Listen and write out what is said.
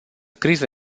criză